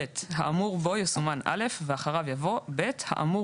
(ב)האמור בו יסומן "(א)" ואחריו יבוא: "(ב)האמור